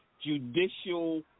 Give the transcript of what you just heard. judicial